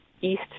east